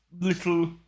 little